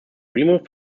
removed